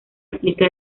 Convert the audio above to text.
aplica